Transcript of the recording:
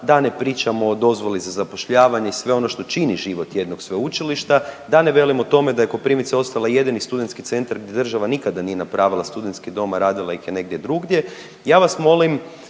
da ne pričamo o dozvoli za zapošljavanje i sve ono što čini život jednog sveučilišta, da ne velim o tome da je Koprivnica ostala jedini studentski centar gdje država nikada nije napravila studentski dom, a radila ih je negdje drugdje.